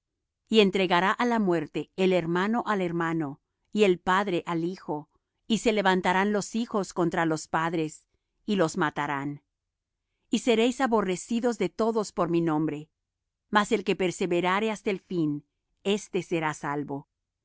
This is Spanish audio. y entregará á la muerte el hermano al hermano y el padre al hijo y se levantarán los hijos contra los padres y los matarán y seréis aborrecidos de todos por mi nombre mas el que perseverare hasta el fin éste será salvo